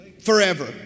forever